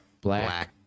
Black